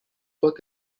work